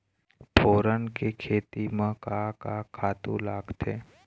फोरन के खेती म का का खातू लागथे?